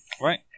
Right